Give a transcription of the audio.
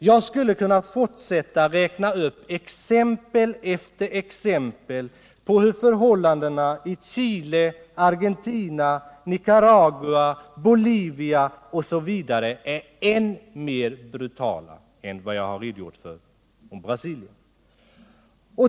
Jag skulle kunna fortsätta att räkna upp exempel efter exempel på hur förhållandena i Chile, Argentina, Nicaragua, Bolivia osv. är ännu brutalare.